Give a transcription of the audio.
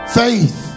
faith